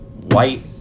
white